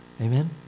Amen